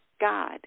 God